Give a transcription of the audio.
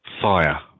fire